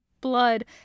blood